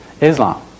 Islam